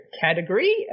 category